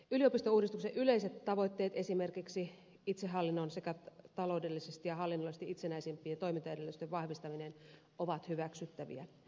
yliopistouudistuksen yleiset tavoitteet esimerkiksi itsehallinnon sekä taloudellisesti ja hallinnollisesti itsenäisempien toimintaedellytysten vahvistaminen ovat hyväksyttäviä